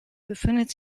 befindet